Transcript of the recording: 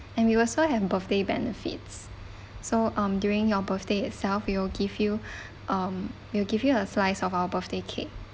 and we also have birthday benefits so um during your birthday itself we'll give you um we'll give you a slice of our birthday cake